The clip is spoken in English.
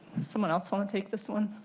someone else want to take this one?